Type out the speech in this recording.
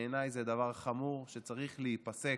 בעיניי הם דבר חמור שצריך להיפסק.